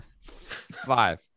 Five